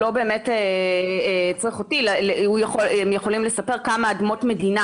לא באמת צריך אותי אלא הוא יכול לספר כמה אדמות מדינה